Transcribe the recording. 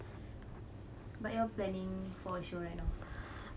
but you are planning for children oh